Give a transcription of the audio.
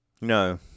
No